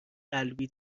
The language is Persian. قلبی